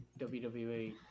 WWE